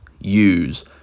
use